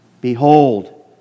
Behold